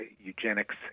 eugenics